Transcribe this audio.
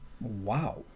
Wow